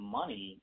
money